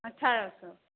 अठारह सए